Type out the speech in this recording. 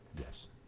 Yes